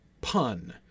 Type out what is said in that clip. pun